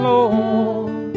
Lord